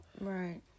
right